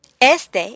Este